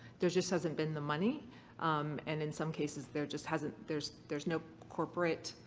there just hasn't been the money and in some cases there just hasn't. there's there's no corporate.